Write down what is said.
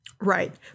Right